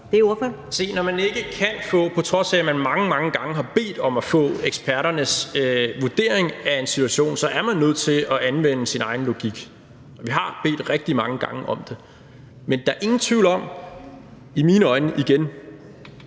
har bedt om at få eksperternes vurdering af en situation, så er man nødt til at anvende sin egen logik. Vi har bedt rigtig mange gange om det. Men der er ingen tvivl om i mine øjne – igen